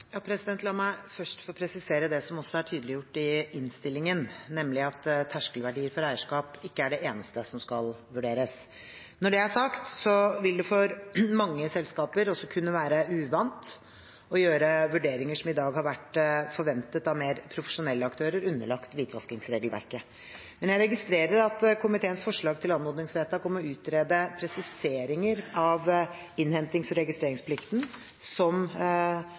som er tydeliggjort i innstillingen, nemlig at terskelverdi for eierskap ikke er det eneste som skal vurderes. Når det er sagt, vil det for mange selskaper også kunne være uvant å gjøre vurderinger som i dag har vært forventet av mer profesjonelle aktører underlagt hvitvaskingsregelverket. Men jeg registrerer komiteens forslag til anmodningsvedtak om å utrede presiseringer av innhentings- og registreringsplikten.